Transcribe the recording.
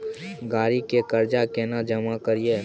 गाड़ी के कर्जा केना जमा करिए?